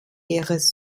ihres